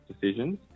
decisions